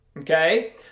Okay